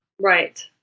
Right